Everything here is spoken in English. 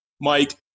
Mike